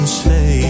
say